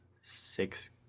six